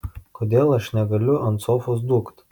kodėl aš negaliu ant sofos dūkt